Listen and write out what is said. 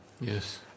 Yes